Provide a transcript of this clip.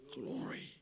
glory